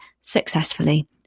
successfully